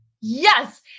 Yes